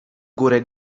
górę